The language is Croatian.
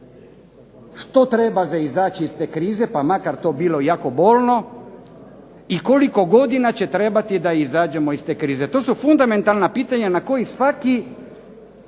što treba za izaći iz te krize pa makar to bilo jako bolno i koliko godina će trebati da izađemo iz te krize. To su fundamentalna pitanja na koja svaki